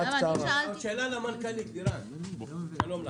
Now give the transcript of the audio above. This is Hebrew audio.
למנכ"לית, שלום לך.